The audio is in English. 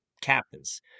captains